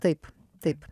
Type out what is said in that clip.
taip taip